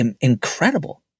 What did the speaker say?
incredible